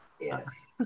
yes